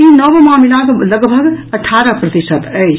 ई नव मामिला के लगभग अठारह प्रतिशत अछि